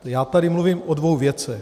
Já tady mluvím o dvou věcech.